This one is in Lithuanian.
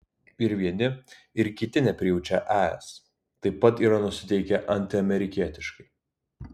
ir vieni ir kiti neprijaučia es taip pat yra nusiteikę antiamerikietiškai